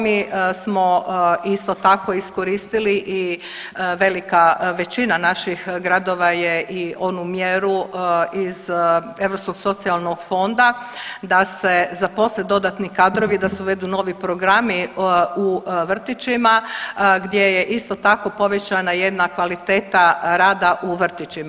Mi smo isto tako iskoristili i velika većina naših gradova i onu mjeru iz Europskog socijalnog fonda, da se zaposle dodatni kadrovi, da se uvedu dodatni programi u vrtićima gdje je isto tako povećana jedna kvaliteta rada u vrtićima.